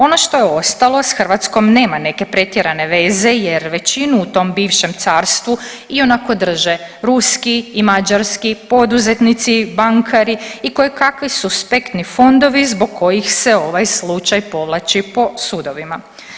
Ono što je ostalo s Hrvatskom nema neke pretjerane veze jer većinu u tom bivšem carstvu ionako drže ruski i mađarski poduzetnici, bankari i kojekakvi suspektni fondovi zbog kojih se ovaj slučaj povlači po sudovima.